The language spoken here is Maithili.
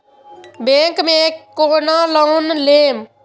बैंक में केना लोन लेम?